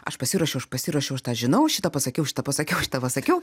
aš pasiruošiau aš pasiruošiau aš tą žinau šitą pasakiau šitą pasakiau šitą pasakiau